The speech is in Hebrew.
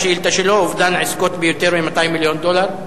השאילתא שלו: אובדן עסקות ביותר מ-200 מיליון דולר.